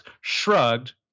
shrugged